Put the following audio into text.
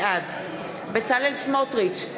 בעד בצלאל סמוטריץ,